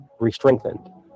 restrengthened